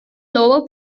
lower